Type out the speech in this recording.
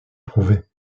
prouvé